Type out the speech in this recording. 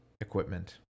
equipment